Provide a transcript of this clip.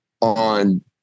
on